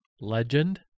Legend